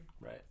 Right